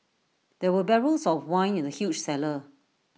there were barrels of wine in the huge cellar